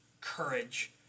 courage